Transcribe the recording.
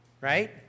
right